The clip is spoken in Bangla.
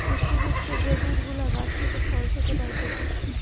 পুষ্টি যুক্ত যে দুধ গুলা গাছ থেকে, ফল থেকে পাইতেছে